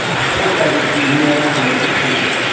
i thought they would be more concessional.